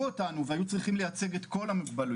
אותנו והם היו צריכים לייצג את כל המוגבלויות,